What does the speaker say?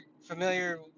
familiar